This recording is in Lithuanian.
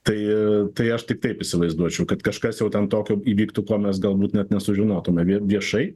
tai tai aš tik taip įsivaizduočiau kad kažkas jau ten tokio įvyktų ko mes galbūt net nesužinotume viešai